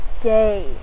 day